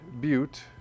Butte